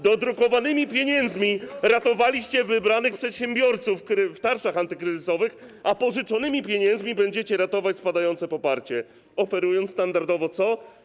Dodrukowanymi pieniędzmi ratowaliście wybranych przedsiębiorców w tarczach antykryzysowych, a pożyczonymi pieniędzmi będziecie ratować spadające poparcie, oferując standardowo co?